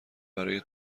برای